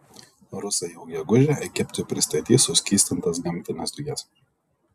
rusai jau gegužę egiptui pristatys suskystintas gamtines dujas